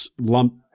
lump